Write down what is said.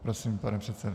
Prosím, pane předsedo.